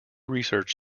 research